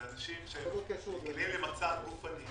זה מורכב.